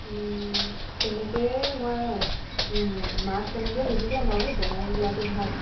তেনেকেই মই মাক তেনেকে সুধি ল'ম আৰু জনাই লোৱাটো ভাল